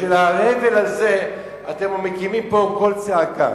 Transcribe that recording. בשביל ההבל הזה אתם מקימים פה קול צעקה.